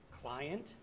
client